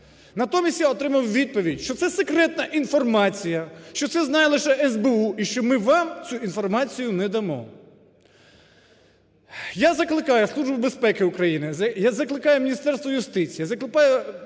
Натомість я отримав відповідь, що це секретна інформація, що це знає лише СБУ і що "ми вам цю інформацію не дамо". Я закликаю Службу безпеки України, я закликаю Міністерство юстиції,